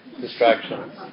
distractions